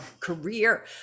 career